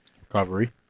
Recovery